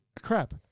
crap